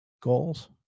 goals